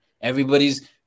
Everybody's